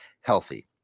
healthy